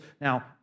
Now